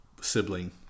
sibling